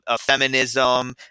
feminism